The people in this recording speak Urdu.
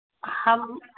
ہم